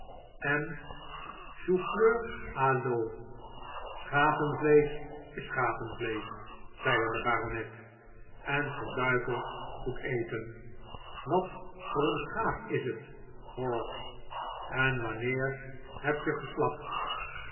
en choufleur a i'eau schapenvleesch is schapenvleesch zeide de baronet en verduiveld goed eten wat voor een schaap is het horrocks en wanneer heb je geslacht